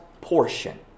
portion